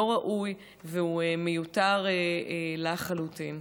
לא ראוי והוא מיותר לחלוטין.